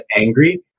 angry